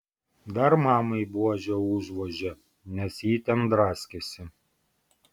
dar mamai buože užvožė nes ji ten draskėsi